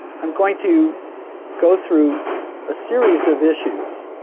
i'm going to go through a series of issues.